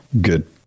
good